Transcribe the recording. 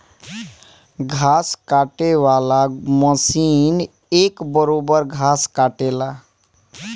घास काटे वाला मशीन एक बरोब्बर घास काटेला